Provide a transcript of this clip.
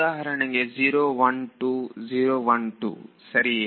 ಉದಾಹರಣೆಗೆ 012 012 ಸರಿಯೇ